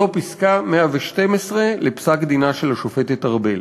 זו פסקה 112 לפסק-דינה של השופטת ארבל.